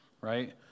right